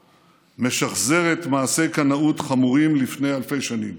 משחזרת מעשה קנאות חמורים מלפני אלפי שנים: